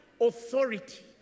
authority